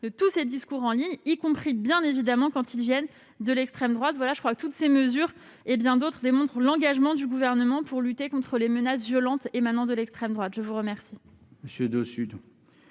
de tous ces discours en ligne, y compris, bien entendu, quand ils viennent de l'extrême droite. Toutes ces mesures, et bien d'autres encore, démontrent l'engagement du Gouvernement pour lutter contre les menaces violentes émanant de l'extrême droite. Nous en